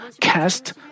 cast